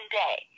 day